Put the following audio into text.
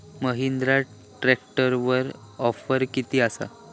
महिंद्रा ट्रॅकटरवर ऑफर किती आसा?